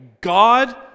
God